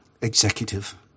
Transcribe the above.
executive